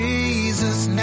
Jesus